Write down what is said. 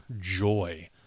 joy